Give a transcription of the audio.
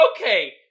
Okay